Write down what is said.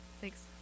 Thanks